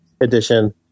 edition